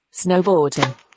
Snowboarding